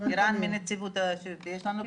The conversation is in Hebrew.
אז התחולה היא